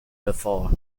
before